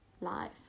life